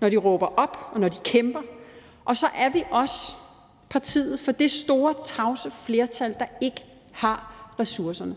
når de råber op, og når de kæmper, og så er vi også partiet for det store tavse flertal, der ikke har ressourcerne,